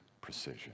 precision